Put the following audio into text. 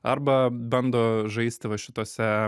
arba bando žaisti va šitose